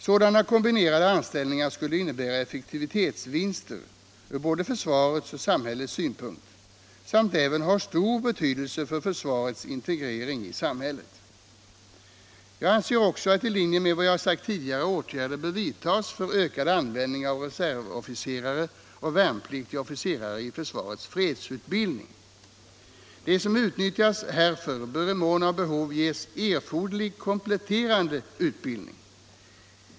Sådana kombinerade anställningar skulle innebära effektivitetsvinster från både försvarets och samhällets synpunkt samt även ha stor betydelse för försvarets integrering i samhället. Jag anser också att — i linje med vad jag sagt tidigare — åtgärder bör vidtas för ökad användning av reservofficerare och värnpliktiga officerare i försvarets fredsutbildning. De som utnyttjas härför bör i mån av behov ges erforderlig kompletterande utbildning.